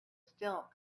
still